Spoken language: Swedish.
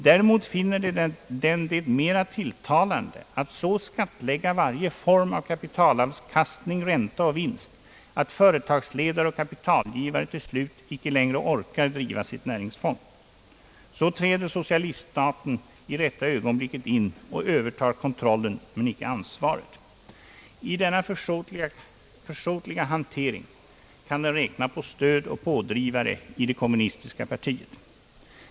Däremot finner den det mera tilltalande att så skattlägga varje form av kapitalavkastning, ränta och vinst, att företagsledare och kapitalgivare till slut icke längre orkar driva sitt näringsfång. Så träder socialiststaten i rätta ögonblicket in och övertar kontrollen, men icke ansvaret. I denna försåtliga hantering kan den räkna på stöd och pådrivare i det kommunistiska partiet.